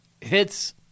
hits